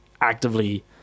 actively